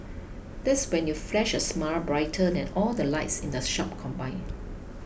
that spend you flash a smile brighter than all the lights in the shop combined